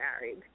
married